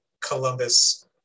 columbus